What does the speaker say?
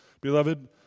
Beloved